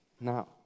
now